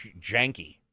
janky